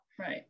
Right